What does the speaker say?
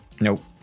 Nope